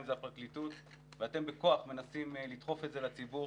אם זה הפרקליטות ואתם בכוח מנסים לדחוף את זה לציבור.